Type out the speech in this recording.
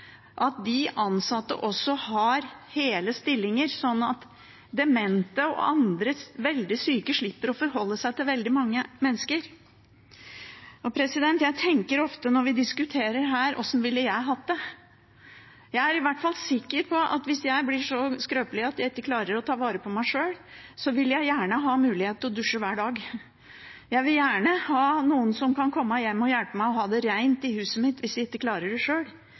at de ansatte også har hele stillinger, sånn at demente og andre veldig syke slipper å forholde seg til veldig mange mennesker. Jeg tenker ofte når vi diskuterer her: Hvordan ville jeg hatt det? Jeg er i hvert fall sikker på at hvis jeg blir så skrøpelig at jeg ikke klarer å ta vare på meg sjøl, vil jeg gjerne ha mulighet til å dusje hver dag. Jeg vil gjerne ha noen som kan komme hjem og hjelpe meg med å ha det rent i huset mitt hvis jeg ikke klarer det sjøl.